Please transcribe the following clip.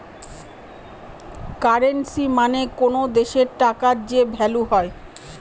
currency মানে কোনো দেশের টাকার যে ভ্যালু হয়